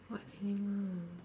what animal